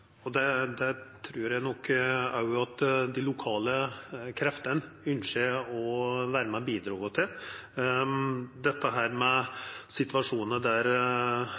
Det trur eg nok òg at dei lokale kreftene ynskjer å vera med og bidra til.